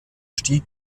stieg